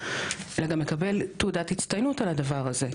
אלא גם מקבל תעודת הצטיינות על הדבר הזה?